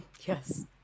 Yes